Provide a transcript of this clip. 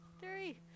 Three